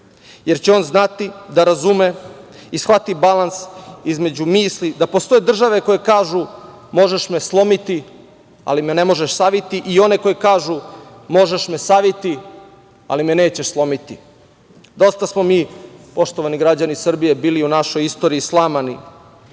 će znati da razume i shvatiti balans između misli da postoje države koje kažu, možeš me slomiti, ali me ne možeš saviti i one koje kažu, možeš me saviti, ali me nećeš slomiti. Poštovani građani Srbije, dosta smo mi bili u našoj istoriji slamani.